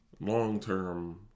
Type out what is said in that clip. long-term